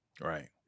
Right